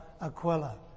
Aquila